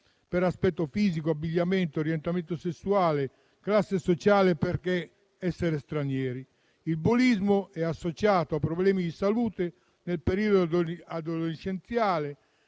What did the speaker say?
per aspetto fisico, abbigliamento, orientamento sessuale, classe sociale o l'essere stranieri. Il bullismo è associato a problemi di salute nel periodo adolescenziale: